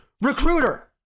recruiter